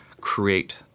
create